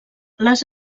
les